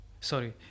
sorry